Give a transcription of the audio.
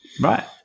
Right